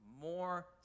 more